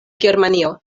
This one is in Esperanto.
germanio